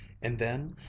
and then,